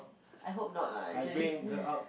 I hope not lah usually